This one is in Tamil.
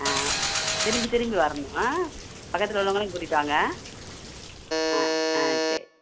ஆ திரும்பி திரும்பி வரணும் ஆ பக்கத்தில் உள்ளவர்களையும் கூட்டிகிட்டு வாங்க ஆ ஆ சரி